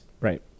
right